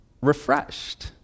refreshed